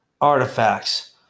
Artifacts